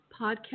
Podcast